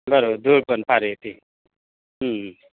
बरोबर दूर पण फार आहे ते